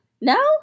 No